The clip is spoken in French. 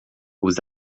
aux